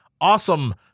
awesome